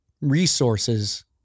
resources